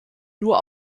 nur